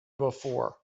before